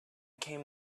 came